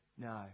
No